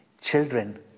children